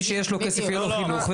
מי שיש לו כסף יהיה לו חינוך,